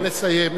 נא לסיים.